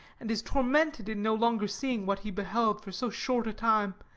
and is tormented in no longer seeing what he beheld for so short a time.